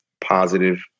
positive